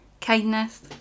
kindness